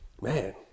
man